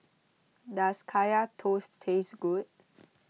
does Kaya Toast taste good